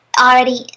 already